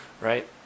right